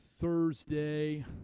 thursday